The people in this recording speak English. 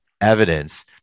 evidence